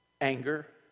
Anger